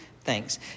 thanks